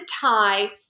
tie